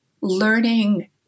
learning